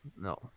no